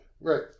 Right